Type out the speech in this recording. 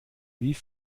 wie